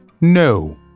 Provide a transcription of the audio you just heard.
No